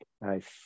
Nice